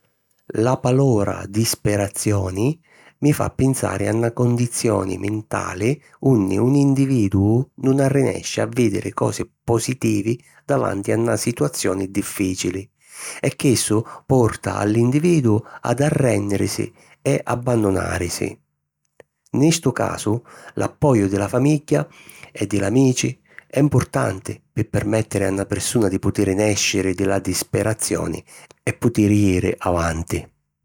La palora disperazioni mi fa pinsari a na condizioni mentali unni un individuu nun arrinesci a vìdiri cosi positivi davanti a na situazioni diffìcili e chissu porta a l’individuu ad arrènnirisi e abbannunàrisi. Nni stu casu l’appoju di la famigghia e di l’amici è mpurtanti pi permèttiri a na pirsuna di putiri nèsciri di la disperazioni e putiri jiri avanti.